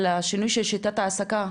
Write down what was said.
על השינוי של שיטת העסקה,